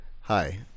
Hi